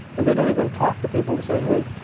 and they don't even talk to people to say, hey,